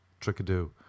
Trickadoo